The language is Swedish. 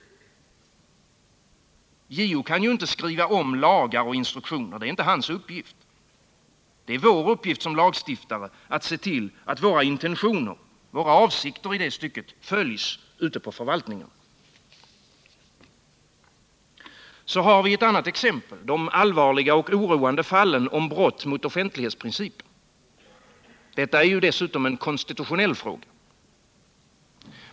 JO kan ju inte ändra lagar och instruktioner, det är inte hans uppgift. Det är vår uppgift som lagstiftare att se till att våra intentioner i det stycket följs ute på förvaltningarna. Ett annat exempel är de allvarliga och oroande fallen om brott mot offentlighetsprincipen. Detta är dessutom en konstitutionell fråga.